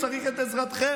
צריך את עזרתכן,